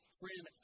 friend